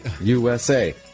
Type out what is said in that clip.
USA